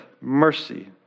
mercy